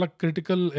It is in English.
critical